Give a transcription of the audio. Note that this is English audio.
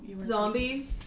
Zombie